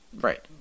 Right